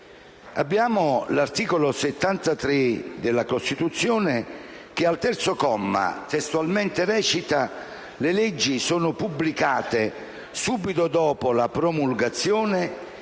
primo è l'articolo 73 della Costituzione, che, al terzo comma, testualmente recita: «Le leggi sono pubblicate subito dopo la promulgazione